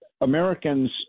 Americans